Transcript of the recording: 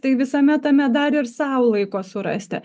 tai visame tame dar ir sau laiko surasti